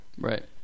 Right